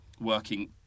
working